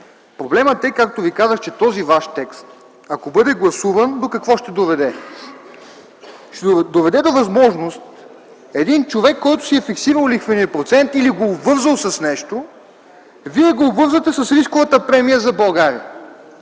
Проблемът е, както ви казах, че този ваш текст, ако бъде гласуван до какво ще доведе? Ще доведе до възможност един човек, който си е фиксирал лихвения процент или го е обвързал с нещо, вие го обвързвате с лихвената премия за България,